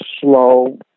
slow